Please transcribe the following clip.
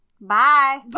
Bye